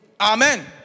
Amen